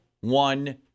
one